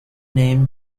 name